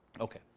okay